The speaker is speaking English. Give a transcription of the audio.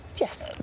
Yes